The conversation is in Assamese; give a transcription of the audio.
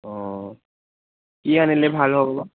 অঁ কি আনিলে ভাল হ'ব বা